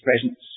presence